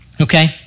Okay